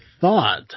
thought